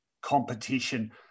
competition